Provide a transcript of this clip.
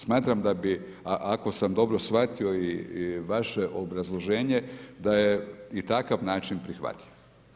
Smatram da bi, ako sam dobro shvatio i vaše obrazloženje da je i takav način prihvatljiv.